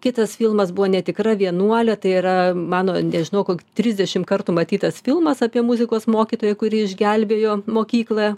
kitas filmas buvo netikra vienuolė tai yra mano nežinau koki trisdešim kartų matytas filmas apie muzikos mokytoją kuri išgelbėjo mokyklą